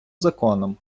законом